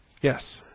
Yes